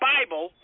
Bible